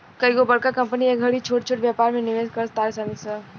कइगो बड़का कंपनी ए घड़ी छोट छोट व्यापार में निवेश कर तारी सन